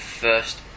first